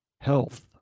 health